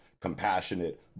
compassionate